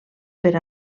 per